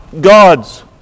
God's